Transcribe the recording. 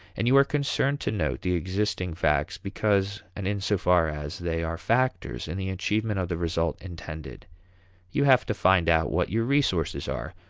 and you are concerned to note the existing facts because and in so far as they are factors in the achievement of the result intended you have to find out what your resources are,